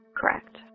Correct